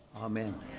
Amen